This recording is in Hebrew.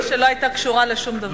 ההצעה שלי לא היתה קשורה לשום דבר.